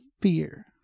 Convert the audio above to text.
fear